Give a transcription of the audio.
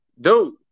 Dude